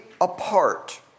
apart